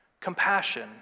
compassion